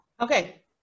Okay